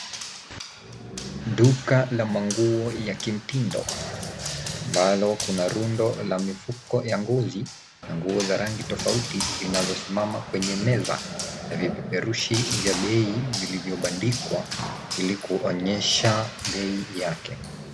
Duka la manguo ya kimtindo ambalo kuna rundo la mifuko ya ngozi na nguo za rangi tofauti zinazosimama kwenye meza na vipeperushi vya bei vilivyobandikwa ili kuonyesha bei yake.